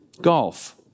Golf